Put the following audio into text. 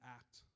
act